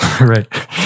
Right